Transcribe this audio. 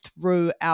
throughout